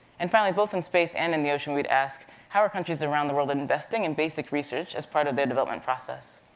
and finally, both in space, and in the ocean, we'd ask, how are countries around the world and investing in basic research as part of their development process?